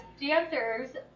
dancers